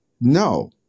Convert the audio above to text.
no